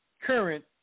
current